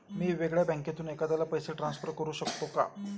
मी वेगळ्या बँकेतून एखाद्याला पैसे ट्रान्सफर करू शकतो का?